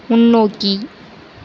முன்னோக்கி